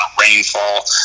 rainfall